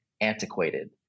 antiquated